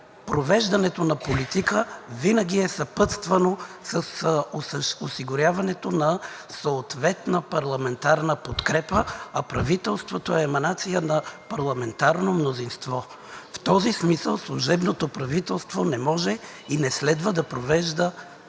Провеждането на политика винаги е съпътствано с осигуряването на съответна парламентарна подкрепа, а правителството е еманация на парламентарното мнозинство. В този смисъл служебното правителство не може и не следва да провежда политики